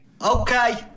Okay